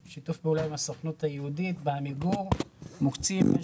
שיתוף פעולה עם הסוכנות היהודית ועמיגור מוקצים בין